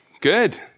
Good